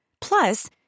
Plus